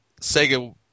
Sega